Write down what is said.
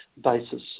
basis